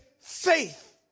faith